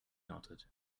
melted